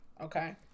Okay